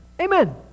Amen